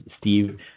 Steve